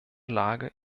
lage